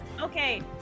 okay